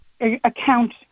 account